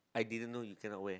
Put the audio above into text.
I didn't know you cannot wear